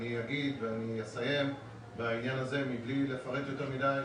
אני אגיד ואסיים בעניין הזה מבלי לפרט יותר מדי,